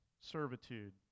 servitude